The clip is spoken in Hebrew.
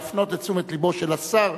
להפנות את תשומת לבו של השר